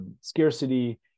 scarcity